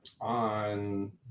On